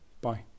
Bye